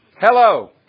Hello